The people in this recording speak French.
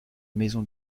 maison